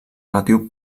relatiu